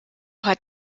hat